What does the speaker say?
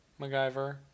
MacGyver